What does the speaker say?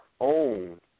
own